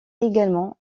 également